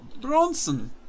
Bronson